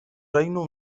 reino